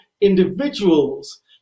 individuals